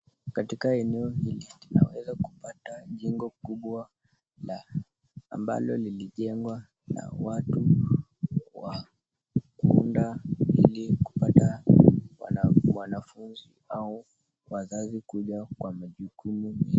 Katika eneo hili, tunaweza kupata jengo kubwa ambalo lilijenngwa na watu wa kuunda ili kupata wanafunzi au wazazi kuja kwa majukumu hii.